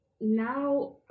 now